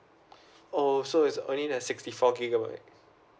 oh so is only that sixty four gigabyte